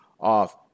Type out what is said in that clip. off